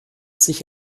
sich